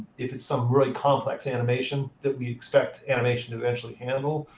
if it's some really complex animation that we expect animation to eventually handle,